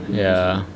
ya